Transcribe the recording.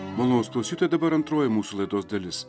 malonūs klausytojai dabar antroji mūsų laidos dalis